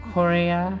Korea